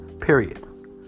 period